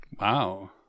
Wow